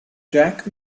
jack